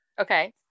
Okay